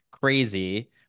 crazy